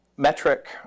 metric